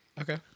okay